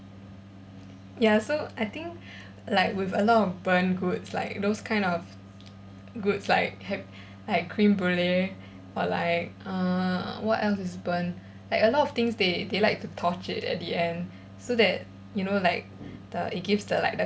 ya so I think like with a lot of burnt goods like those kind of goods like have like creme brulee or like uh what else is burnt like a lot of things they they like to torch it at the end so that you know like the it gives the like